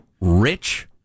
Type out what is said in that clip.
Rich